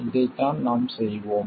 இதைத்தான் நாம் செய்வோம்